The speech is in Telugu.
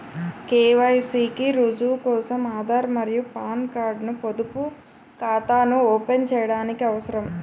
కె.వై.సి కి రుజువు కోసం ఆధార్ మరియు పాన్ కార్డ్ ను పొదుపు ఖాతాను ఓపెన్ చేయడానికి అవసరం